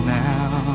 now